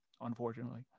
unfortunately